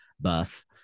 buff